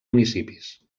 municipis